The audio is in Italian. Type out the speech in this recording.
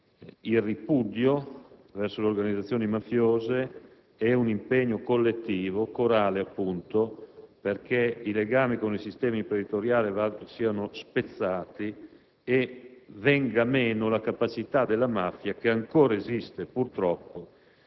il ripudio verso le organizzazioni mafiose ed un impegno collettivo, per l'appunto corale, perché i legami con il sistema imprenditoriale siano spezzati e venga meno la capacità della mafia, che purtroppo